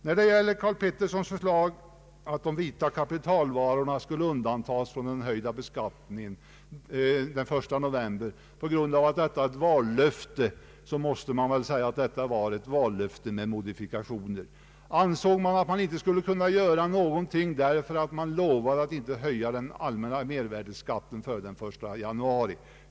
När det gäller herr Karl Petterssons förslag att de ”vita” kapitalvarorna skulle undantas från den höjda beskattningen den 1 november på grund av ett vallöfte, så måste jag säga att det var väl ett vallöfte med modifikationer. Anser herr Pettersson att man inte skall kunna göra någonting, därför att man lovat att inte höja den allmänna mervärdeskatten före den 1 januari?